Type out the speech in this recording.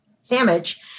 sandwich